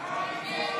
נגד